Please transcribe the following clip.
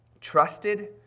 trusted